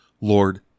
Lord